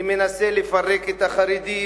מנסה לפרק את החרדים,